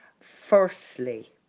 Firstly